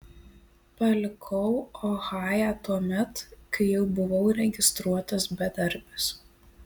palikau ohają tuomet kai jau buvau registruotas bedarbis